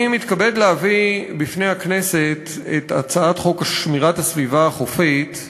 אני מתכבד להביא בפני הכנסת את הצעת חוק שמירת הסביבה החופית,